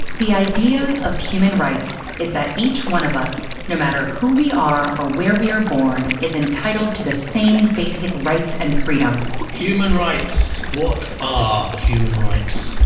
the idea of human rights is that each one of us, no matter who we are or where we are born, is entitled to the same basic rights and freedoms. human rights. what are human rights?